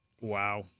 Wow